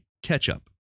Ketchup